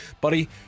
Buddy